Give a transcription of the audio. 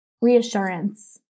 reassurance